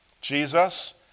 Jesus